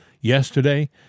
yesterday